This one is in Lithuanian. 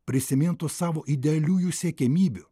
prisimintų savo idealiųjų siekiamybių